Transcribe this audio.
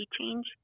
change